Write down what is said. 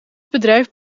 bedrijf